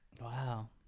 wow